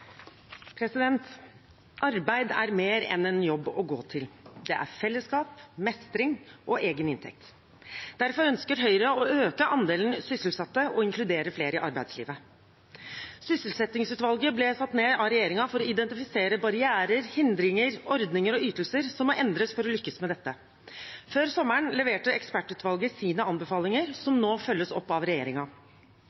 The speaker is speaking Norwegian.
fellesskap, mestring og egen inntekt. Derfor ønsker Høyre å øke andelen sysselsatte og inkludere flere i arbeidslivet. Sysselsettingsutvalget ble satt ned av regjeringen for å identifisere barrierer, hindringer, ordninger og ytelser som må endres for å lykkes med dette. Før sommeren leverte ekspertutvalget sine anbefalinger, som